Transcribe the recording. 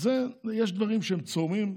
אז יש דברים שהם צורמים,